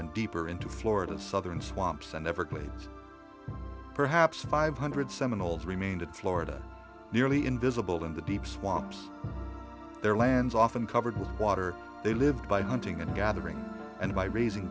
and deeper into florida's southern swamps and everglades perhaps five hundred seminoles remained in florida nearly invisible in the deep swamps their lands often covered with water they lived by hunting and gathering and by raising